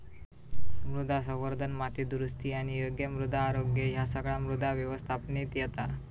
मृदा संवर्धन, माती दुरुस्ती आणि योग्य मृदा आरोग्य ह्या सगळा मृदा व्यवस्थापनेत येता